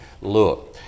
look